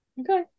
Okay